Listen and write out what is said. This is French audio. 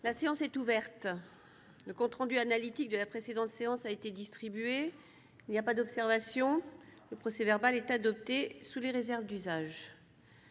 La séance est ouverte. Le compte rendu analytique de la précédente séance a été distribué. Il n'y a pas d'observation ?... Le procès-verbal est adopté sous les réserves d'usage.